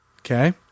Okay